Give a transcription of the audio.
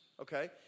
okay